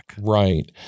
Right